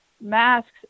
masks